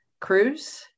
cruise